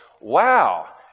wow